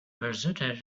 presented